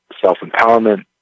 self-empowerment